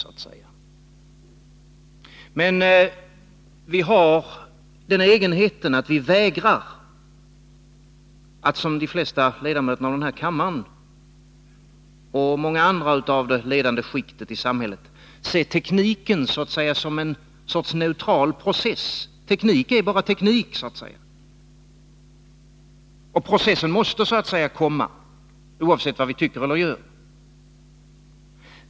Vi har emellertid den egenheten att vi vägrar att, som de flesta andra ledamöterna av den här kammaren och många andra av det ledande skiktet i samhället, se tekniken som en sorts neutral process. Teknik är bara teknik, och processen måste komma oavsett vad vi tycker eller gör.